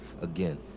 Again